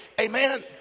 Amen